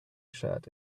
shirt